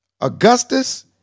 Augustus